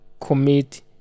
commit